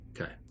okay